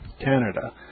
Canada